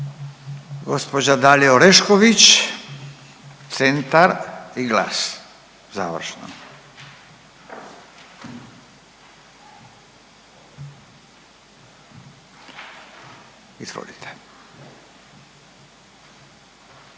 Gospođa Dalija Orešković, Centar i GLAS završno. Izvolite.